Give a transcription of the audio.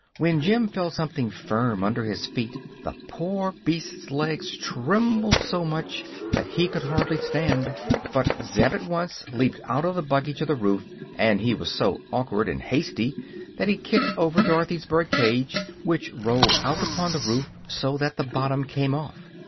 when jim felt something firm under his feet the poor beast's legs trembled so much that he could hardly stand but zeb at once leaped out of the buggy to the roof, and he was so awkward and hasty that he kicked over dorothy's birdcage, which rolled out upon the roof so that the bottom came off.